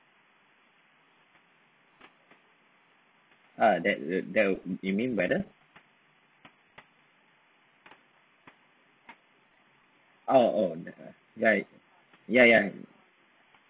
ah that that will you mean by the oh oh ya ya ya